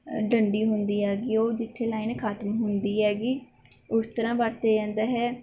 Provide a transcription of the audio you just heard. ਡੰਡੀ ਹੁੰਦੀ ਹੈਗੀ ਉਹ ਜਿੱਥੇ ਲਾਈਨ ਖਤਮ ਹੁੰਦੀ ਹੈਗੀ ਉਸ ਤਰ੍ਹਾਂ ਵਰਤਿਆ ਜਾਂਦਾ ਹੈ